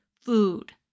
food